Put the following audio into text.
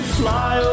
fly